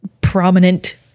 prominent